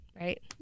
Right